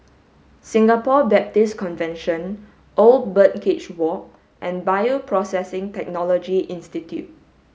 Singapore Baptist Convention Old Birdcage Walk and Bioprocessing Technology Institute